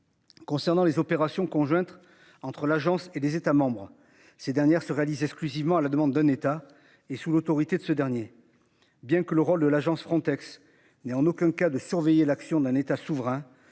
Concernant les opérations conjointes entre l'agence et des États membres. Ces dernières se réalise exclusivement à la demande d'un État et sous l'autorité de ce dernier. Bien que le rôle de l'agence Frontex n'est en aucun cas de surveiller l'action d'un État souverain.